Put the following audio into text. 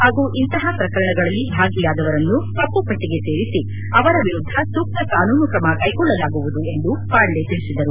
ಹಾಗೂ ಇಂತಹ ಪ್ರಕರಣಗಳಲ್ಲಿ ಭಾಗಿಯಾದವರನ್ನು ಕಪ್ಪುಪಟ್ಟಿಗೆ ಸೇರಿಸಿ ಅವರ ವಿರುದ್ದ ಸೂಕ್ತ ಕಾನೂನು ಕ್ರಮ ಕೈಗೊಳ್ಳಲಾಗುವುದು ಎಂದು ಪಾಂಡೆ ತಿಳಿಸಿದರು